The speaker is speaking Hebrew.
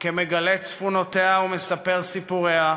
כמגלה צפונותיה ומספר סיפוריה,